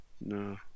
no